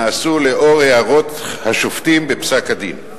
נעשו לאור הערות השופטים בפסק-הדין.